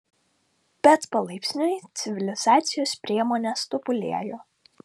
bet palaipsniui civilizacijos priemonės tobulėjo